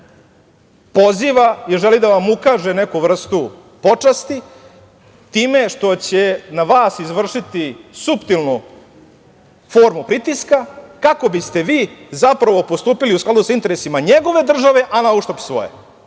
poziva i želi da vam ukaže neku vrstu počasti time što će na vas izvršiti suptilnu formu pritiska, kako bi ste vi zapravo postupili, u skladu sa interesima njegove države, a na uštrb svoje.Zašto?